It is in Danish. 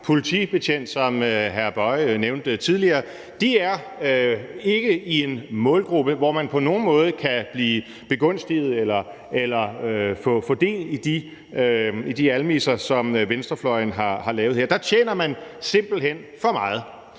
politibetjent, som hr. Lars Boje Mathiesen nævnte tidligere – er ikke en målgruppe, som på nogen måde kan blive begunstiget eller få del i de almisser, som venstrefløjen har lavet her. Der tjener man simpelt hen for meget.